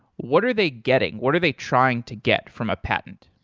what are they getting? what are they trying to get from a patent?